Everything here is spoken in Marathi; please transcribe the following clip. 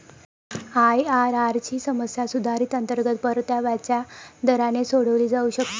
आय.आर.आर ची समस्या सुधारित अंतर्गत परताव्याच्या दराने सोडवली जाऊ शकते